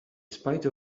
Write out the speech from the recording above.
spite